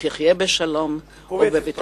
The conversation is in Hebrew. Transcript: ותחיה בגבולותיה בשלום ובביטחון.